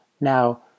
Now